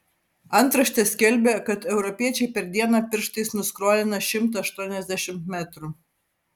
antraštė skelbė kad europiečiai per dieną pirštais nuskrolina šimtą aštuoniasdešimt metrų